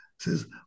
says